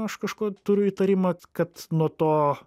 aš kažko turiu įtarimą kad nuo to